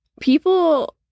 people